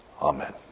Amen